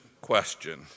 question